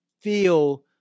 feel